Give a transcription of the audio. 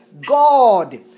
God